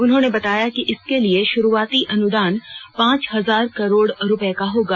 उन्होंने बताया कि इसके लिए शुरूआती अनुदान पांच हजार करोड रूपए का होगा